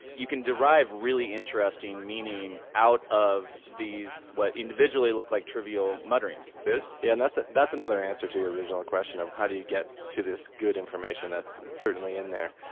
you can derive really interesting meaning out of these what individually look like trivial mutterings biz? yeah, and that's ah that's another answer to your original question of how do you get to this good information that's certainly in there?